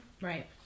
Right